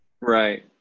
Right